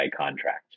contract